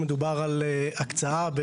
בקשתכם נשמעה.